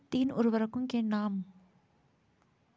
तीन उर्वरकों के नाम?